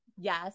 Yes